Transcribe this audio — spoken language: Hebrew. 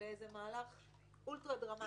באיזה מהלך אולטרה-דרמטי.